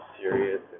serious